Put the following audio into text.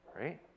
Right